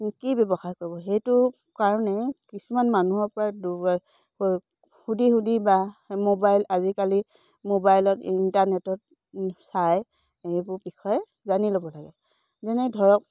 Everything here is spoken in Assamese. কি ব্যৱসায় কৰিব সেইটো কাৰণে কিছুমান মানুহৰ পৰা সুধি সুধি বা মোবাইল আজিকালি মোবাইলত ইণ্টাৰনেটত চাই সেইবোৰ বিষয়ে জানি ল'ব লাগে যেনে ধৰক